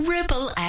Ripple